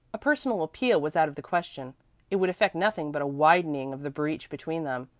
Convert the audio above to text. a personal appeal was out of the question it would effect nothing but a widening of the breach between them.